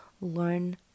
learn